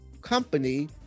company